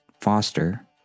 Foster